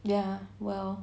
ya well